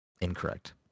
Incorrect